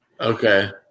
Okay